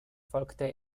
folgte